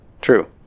True